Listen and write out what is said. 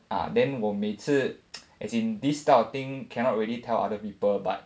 ah then 我每次 as in these type of things cannot really tell other people but